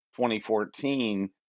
2014